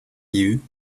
you